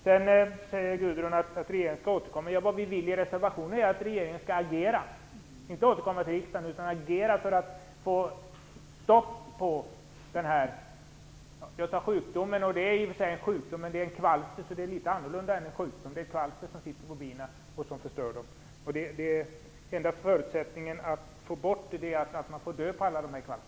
Sedan säger Gudrun Lindvall att hon vill att regeringen skall återkomma. Det vi vill i reservationen är att regeringen skall agera, inte återkomma till riksdagen, för att få stopp på detta. Gudrun Lindvall talade sjukdom. Det är i och för sig en sjukdom. Men det är fråga om ett kvalster, så det är litet annorlunda än vid en sjukdom. Det är ett kvalster som sitter på bina och som förstör dem. Enda möjligheten att få bort den är att man tar död på alla dessa kvalster.